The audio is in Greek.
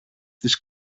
της